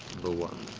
the one,